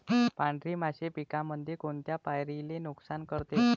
पांढरी माशी पिकामंदी कोनत्या पायरीले नुकसान करते?